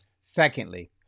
Secondly